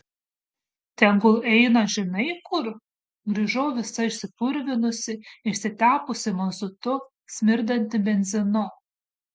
tegul eina žinai kur grįžau visa išsipurvinusi išsitepusi mazutu smirdanti benzinu